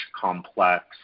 complex